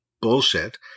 bullshit